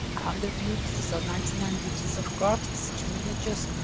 hundred beauties, or ninety nine beauties of god as jamila just.